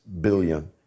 billion